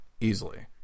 easily